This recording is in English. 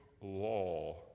law